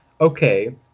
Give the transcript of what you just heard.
okay